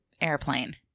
airplane